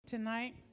tonight